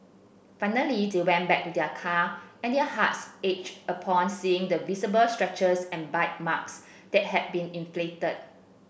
finally they went back to their car and their hearts ached upon seeing the visible scratches and bite marks that had been inflicted